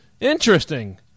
Interesting